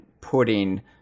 putting